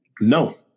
no